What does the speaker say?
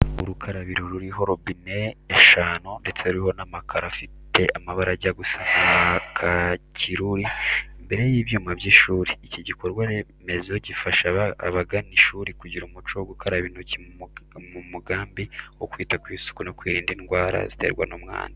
Urukarabiro ruriho robine eshanu ndetse ruriho n'amakaro afite amabara ajya gusa na kakiruri imbere y'ibyumba by'ishuri. Iki gikorwa remezo gifasha abagana ishuri kugira umuco wo gukaraba intoki mu mugambi wo kwita ku isuku no kwirinda indwara ziterwa n'umwanda.